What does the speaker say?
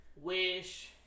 wish